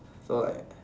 oh like